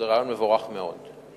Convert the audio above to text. היא רעיון מבורך מאוד.